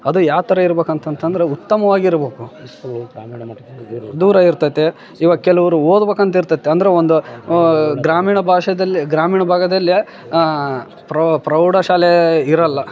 ಅದು ಯಾ ಥರ ಇರ್ಬೇಕ್ ಅಂತಂತಂದ್ರೆ ಉತ್ತಮವಾಗಿ ಇರ್ಬೇಕು ದೂರ ಇರ್ತೈತೆ ಇವಾಗ ಕೆಲವರು ಓದ್ಬೇಕಂತ್ ಇರ್ತೈತೆ ಅಂದರೆ ಒಂದು ಗ್ರಾಮೀಣ ಭಾಷೆದಲ್ಲಿ ಗ್ರಾಮೀಣ ಭಾಗದಲ್ಲಿ ಪ್ರೌಢ ಶಾಲೇ ಇರೋಲ್ಲ